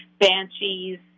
banshees